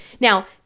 Now